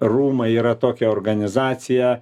rūmai yra tokia organizacija